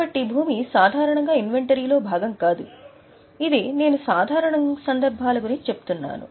కాబట్టి భూమి సాధారణంగా ఇన్వెంటరీ లో భాగం కాదు ఇప్పుడు నేను సాధారణంగా ఈ పదాన్ని ఉపయోగిస్తున్నాను